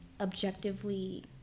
objectively